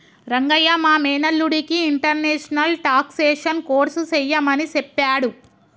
రంగయ్య మా మేనల్లుడికి international taxation course సెయ్యమని సెప్పాడు